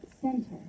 center